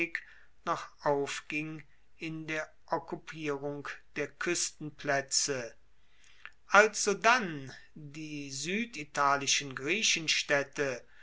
noch aufging in der okkupierung der kuestenplaetze als sodann die sueditalischen griechenstaedte